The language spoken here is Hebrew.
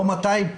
לא 200,